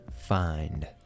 find